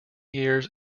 years